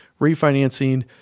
refinancing